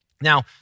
Now